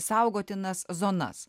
saugotinas zonas